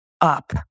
up